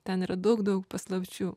ten yra daug daug paslapčių